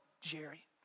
jerry